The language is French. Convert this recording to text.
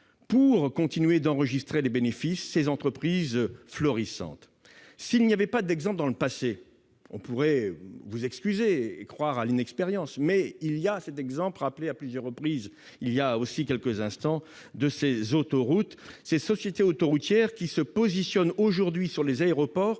pour continuer d'enregistrer des bénéfices, ces entreprises florissantes. S'il n'y avait pas d'exemple dans le passé, on pourrait vous excuser et croire à l'inexpérience, mais il y a l'exemple rappelé à plusieurs reprises de ces sociétés autoroutières, lesquelles se positionnent aujourd'hui sur les aéroports